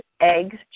eggs